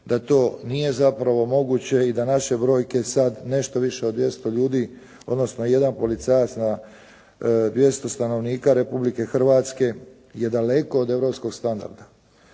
da to nije zapravo moguće i da naše brojke sad nešto više od 200 ljudi, odnosno jedan policajac na 200 stanovnika Republike Hrvatske je daleko od europskog standarda.